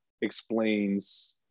explains